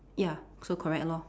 ya so correct lor